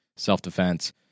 self-defense